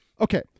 okay